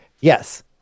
Yes